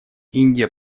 индия